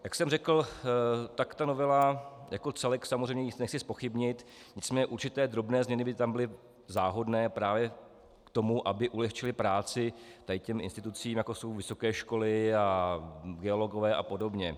Jak jsem řekl, tak novela jako celek, samozřejmě nic nechci zpochybnit, nicméně určité drobné změny by tam byly záhodné právě k tomu, aby ulehčily práci institucím, jako jsou vysoké školy a geologové a podobně.